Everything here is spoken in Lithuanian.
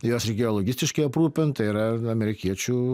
jos reikėjo logistikai aprūpint tai yra amerikiečių